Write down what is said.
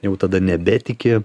jau tada nebetiki